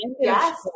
Yes